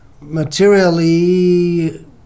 materially